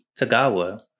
Tagawa